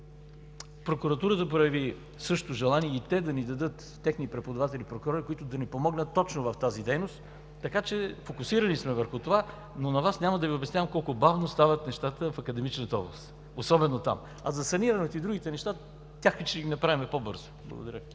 Прокуратурата прояви също желание и те да ни дадат техни преподаватели-прокурори, които да ни помогнат точно в тази дейност, така че сме фокусирани върху това, но на Вас няма да Ви обяснявам колко бавно стават нещата в академичната област, особено там. За санирането и другите неща – тях ще ги направим по-бързо. Благодаря.